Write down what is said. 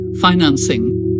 financing